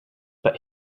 but